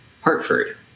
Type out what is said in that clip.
Hartford